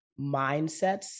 mindsets